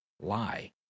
lie